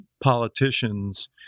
politicians